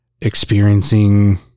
experiencing